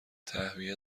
تهویه